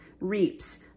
reaps